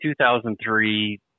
2003